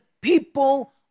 people